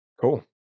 Cool